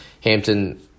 Hampton